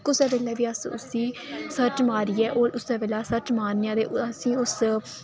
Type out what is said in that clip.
कुसै बेल्लै बी अस उसी सर्च मारियै ओह् उस्सै बेल्लै सर्च मारनें आं ते असेंई उस